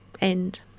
end